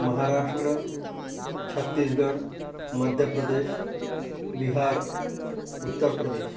महाराष्ट्रः छत्तीस्गढ् मध्यप्रदेशः बिहार् उत्तरप्रदेशः